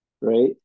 right